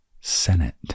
Senate